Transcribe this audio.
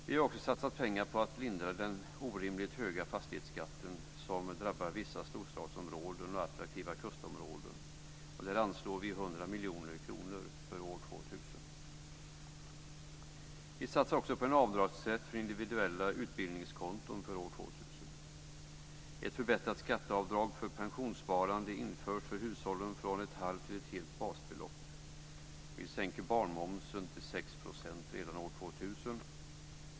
Vi har också satsat pengar på att lindra den orimligt höga fastighetsskatten som drabbar vissa storstadsområden och attraktiva kustområden. Där anslår vi 100 miljoner kronor för år 2000. Vi satsar också på en avdragsrätt för individuella utbildningskonton från år 2000. Vi vill sänka momsen på barnböcker till 6 % redan år 2000.